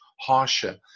harsher